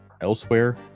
elsewhere